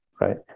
Right